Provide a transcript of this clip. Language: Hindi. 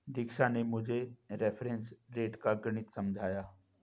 दीक्षा ने मुझे रेफरेंस रेट का गणित समझाया